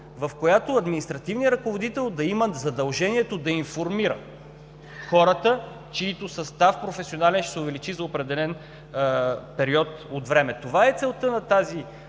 в която административният ръководител да има задължението да информира хората, чийто професионален състав ще се увеличи за определен период от време. Това е целта на тази